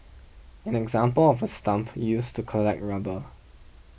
an example of a stump used to collect rubber